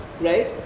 right